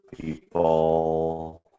people